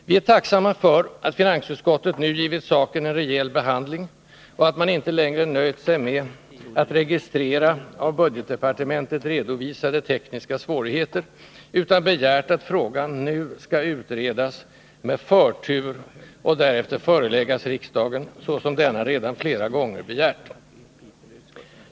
Vi är tacksamma för att finansutskottet denna gång givit saken en rejäl behandling och att man inte längre nöjt sig med registrera av budgetdepartementet redovisade tekniska svårigheter utan uttalat att frågan nu skall utredas ”med förtur” och därefter föreläggas riksdagen, så som denna redan flera gånger begärt.